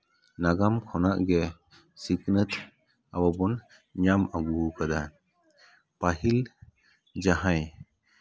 ᱱᱟᱜᱟᱢ ᱠᱷᱚᱱᱟᱜ ᱜᱮ ᱥᱤᱠᱷᱱᱟᱹᱛ ᱟᱵᱚ ᱵᱚᱱ ᱧᱟᱢ ᱟᱹᱜᱩ ᱟᱠᱟᱫᱟ ᱯᱟᱹᱦᱤᱞ ᱡᱟᱦᱟᱸᱭ